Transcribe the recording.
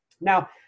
Now